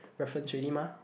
reference already mah